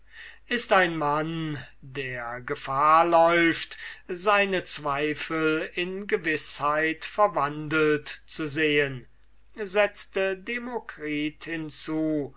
ist ein mann der gefahr läuft seine zweifel in gewißheit verwandelt zu sehen setzte demokritus hinzu